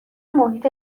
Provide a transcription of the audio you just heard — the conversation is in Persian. محیط